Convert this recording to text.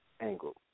angle